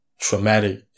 traumatic